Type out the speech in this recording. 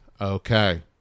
Okay